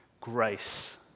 grace